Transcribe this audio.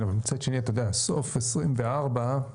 כן, אבל מצד שני, אתה יודע, סוף 2024 זה.